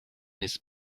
his